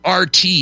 RT